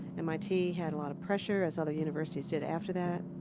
mit had a lot of pressure, as other universities did after that,